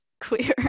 queer